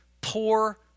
poor